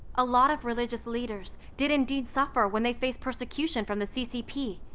a lot of religious leaders did indeed suffer when they faced persecution from the ccp.